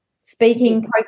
speaking